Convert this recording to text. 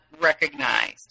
recognized